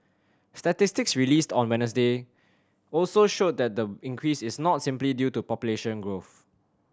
statistics released on Wednesday also showed that the increase is not simply due to population growth